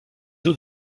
eaux